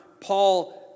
Paul